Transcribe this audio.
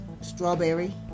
strawberry